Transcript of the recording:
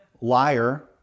liar